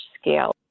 scale